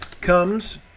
comes